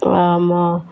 ତ ଆମ